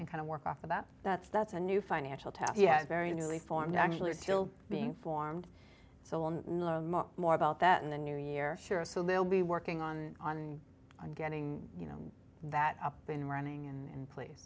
and kind of work off of that that's that's a new financial task yet very newly formed actually are still being formed so i'm more about that in the new year sure so we'll be working on on and on getting you know that up and running in place